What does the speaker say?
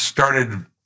started